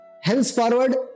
Henceforward